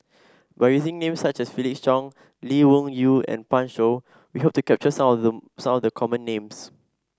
by using names such as Felix Cheong Lee Wung Yew and Pan Shou we hope to capture some of them some of the common names